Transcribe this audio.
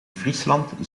friesland